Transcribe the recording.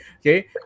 okay